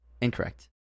Incorrect